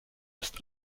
ist